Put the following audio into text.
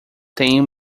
tenho